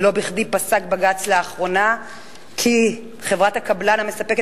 לא בכדי פסק בג"ץ לאחרונה כי חברת הקבלן המספקת